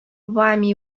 вами